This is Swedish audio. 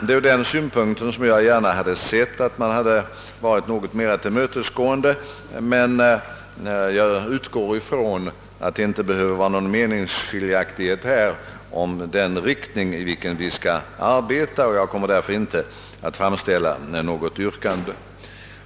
Från denna synpunkt hade jag gärna sett att man varit något mer tillmötesgående, men jag utgår från att det inte behöver vara någon meningsskiljaktighet om den riktning i vilken vi skall arbeta, och jag kommer därför inte att framställa något yrkande.